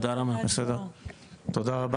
תודה רבה.